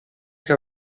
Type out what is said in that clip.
che